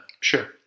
Sure